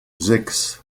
sechs